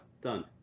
Done